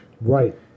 Right